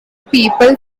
people